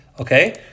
okay